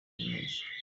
kaminuza